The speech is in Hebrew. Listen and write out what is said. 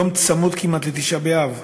יום צמוד כמעט לתשעה באב,